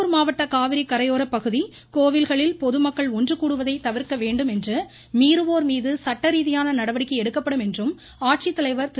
கரூர் மாவட்ட காவிரி கரையோரப்பகுதி கோவில்களில் பொதுமக்கள் ஒன்று கூடுவதை தவிர்க்க வேண்டும் என்றும் மீறவோர் மீது சட்டரீதியான நடவடிக்கை எடுக்கப்படும் என்றும் ஆட்சித்தலைவர் திரு